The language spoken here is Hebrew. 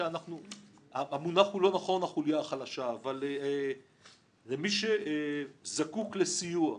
המונח חוליה חלשה הוא לא נכון אבל למי שזקוק לסיוע.